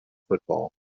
football